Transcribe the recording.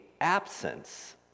absence